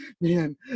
Man